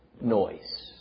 noise